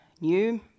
new